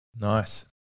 Nice